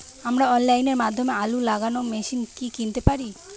আমরা অনলাইনের মাধ্যমে আলু লাগানো মেশিন কি কিনতে পারি?